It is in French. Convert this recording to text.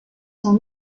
son